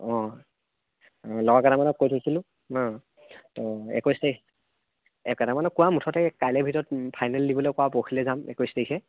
অঁ ল'ৰা কেইটামানক কৈ থৈছিলোঁ তো একৈছ তাৰিখ কোৱা মুঠতে কাইলৈ ভিতৰত ফাইনেল দিবলৈ কোৱা আমি পৰহিলৈ যাম একৈছ তাৰিখে